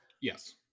yes